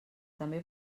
també